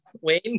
Wayne